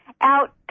out